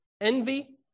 envy